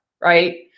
right